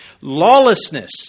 Lawlessness